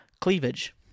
cleavage